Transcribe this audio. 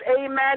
Amen